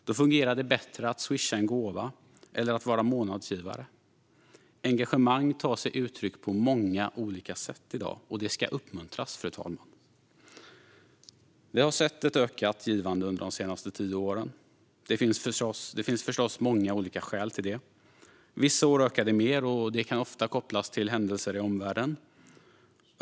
Då fungerar det bättre att swisha en gåva eller att vara månadsgivare. Engagemang tar sig uttryck på många olika sätt i dag. Det ska uppmuntras, fru talman. Vi har sett ett ökat givande under de senaste tio åren. Det finns förstås många olika skäl till det. Vissa år ökar det mer, och det kan ofta kopplas till händelser i omvärlden.